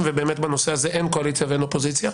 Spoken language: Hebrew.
ובאמת בנושא הזה אין קואליציה ואין אופוזיציה.